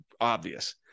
obvious